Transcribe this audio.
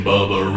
Bubba